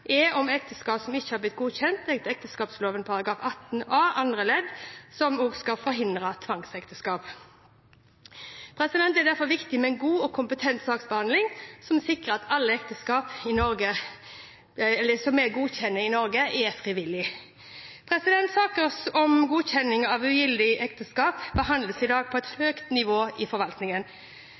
om ekteskap som ikke har blitt godkjent etter ekteskapsloven § 18a andre ledd, som skal forhindre tvangsekteskap. Det er derfor viktig med en god og kompetent saksbehandling, som sikrer at alle ekteskap vi godkjenner i Norge, er frivillige. Saker om godkjenning av ugyldige ekteskap behandles i dag på et høyt nivå i forvaltningen.